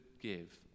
give